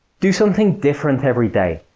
do something different every day.